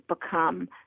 become